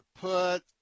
put